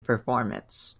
performance